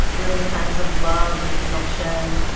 feeling a sense of love and connection,